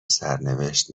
سرنوشت